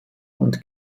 und